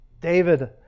David